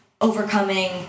overcoming